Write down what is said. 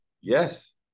yes